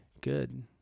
good